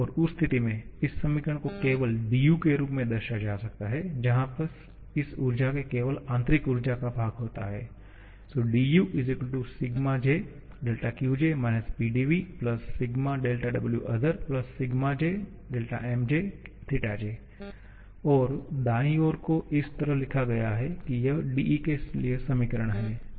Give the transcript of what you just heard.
और उस स्थिति में इस समीकरण को केवल dU के रूप में दर्शाया जा सकता है जहाँ इस ऊर्जा में केवल आंतरिक ऊर्जा का भाग होता है 𝑑𝑈 𝛴𝑗𝛿𝑄𝑗 − 𝑃𝑑𝑉 𝛴𝛿𝑊𝑜𝑡ℎ𝑒𝑟 𝛴𝑗𝛿𝑚𝑗θ𝑗 और दाईं ओर को इस तरह लिखा गया है कि यह dE के लिए समीकरण है